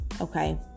okay